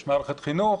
יש מערכת חינוך,